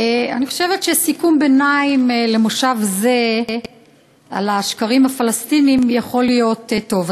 אני חושבת שסיכום ביניים למושב זה על השקרים הפלסטיניים יכול להיות טוב.